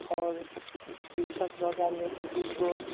आओर टीशर्ट लऽके आएल रही दुइ तीनगो